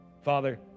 Father